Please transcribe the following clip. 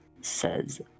says